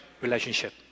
relationship